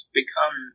become